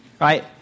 right